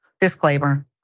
disclaimer